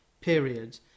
period